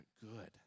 good